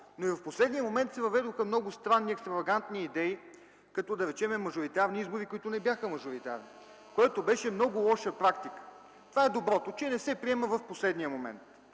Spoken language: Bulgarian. но и в последния момент се въведоха много странни, екстравагантни идеи, като, да речем, мажоритарни избори, които не бяха мажоритарни, което беше много лоша практика. Това е доброто – че не се приема в последния момент.